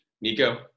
Nico